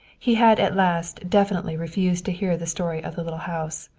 he had at last definitely refused to hear the story of the little house.